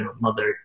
mother